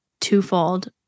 twofold